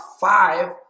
five